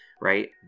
Right